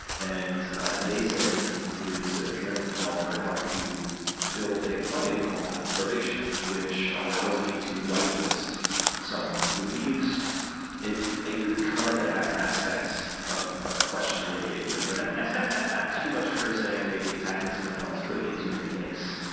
and nason, who's a tremendous developer, helped to build a plug-in called pervasion, which allows me to white list someone who leaves a good comment that has aspects of of questionable behavior, whether it's too much cursing, maybe attacking someone else, putting in too many links,